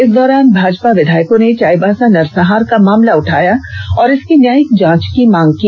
इस दौरान भाजपा विधायकों ने चाईबासा नरसंहार का मामला उठाया और इसकी न्यायिक जांच की मांग की